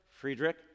Friedrich